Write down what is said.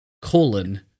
colon